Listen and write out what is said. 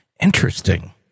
interesting